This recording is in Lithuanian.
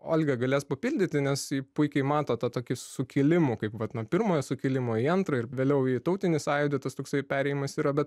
olga galės papildyti nes ji puikiai mato tą tokį sukilimų kaip vat nuo pirmojo sukilimo į antrą ir vėliau į tautinį sąjūdį tas toksai perėjimas yra bet